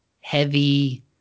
heavy